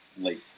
late